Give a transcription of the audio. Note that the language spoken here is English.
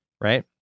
right